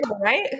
right